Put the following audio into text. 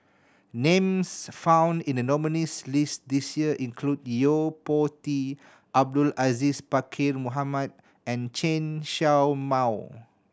names found in the nominees' list this year include Yo Po Tee Abdul Aziz Pakkeer Mohamed and Chen Show Mao